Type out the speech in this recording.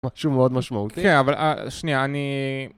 משהו מאוד משמעותי. כן, אבל ה.. שנייה, אני...